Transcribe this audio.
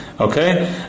Okay